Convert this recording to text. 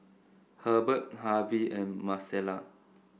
Herbert Harvy and Marcela